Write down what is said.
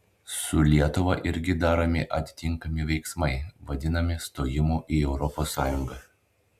su lietuva irgi daromi atitinkami veiksmai vadinami stojimu į europos sąjungą